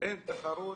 אין תחרות,